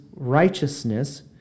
Righteousness